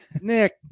Nick